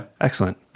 excellent